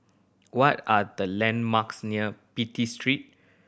what are the landmarks near Pitt Street